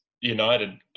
United